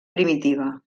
primitiva